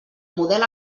model